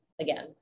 again